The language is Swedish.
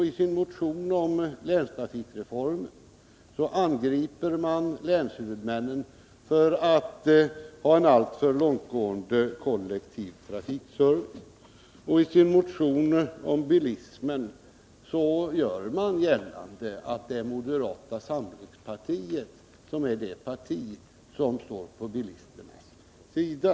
I sin motion om länstrafikreformen angriper man länshuvudmännen för att ha en alltför långtgående kollektiv trafikservice. Och i sin motion om bilismen gör man gällande att moderata samlingspartiet är det parti som står på bilismens sida.